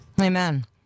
Amen